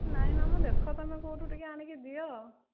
ନାହିଁ ମାମୁଁ ଦେଖ ତୁମେ କେଉଁଠୁ ଟିକେ ଆଣିକି ଦିଅ